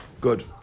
Good